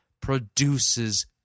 produces